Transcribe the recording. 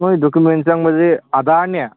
ꯃꯣꯏ ꯗꯣꯀꯨꯃꯦꯟ ꯆꯪꯕꯁꯦ ꯑꯙꯥꯔꯅꯦ